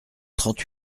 trente